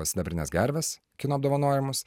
sidabrines gerves kino apdovanojimus